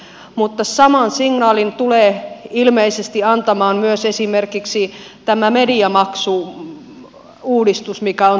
mutta saman signaalin tulee ilmeisesti antamaan myös esimerkiksi tämä mediamaksu uudistus mikä on tulossa